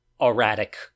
erratic